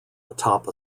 atop